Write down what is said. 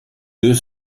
deux